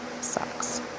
sucks